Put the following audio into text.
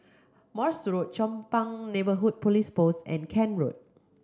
Morse Road Chong Pang Neighbourhood Police Post and Kent Road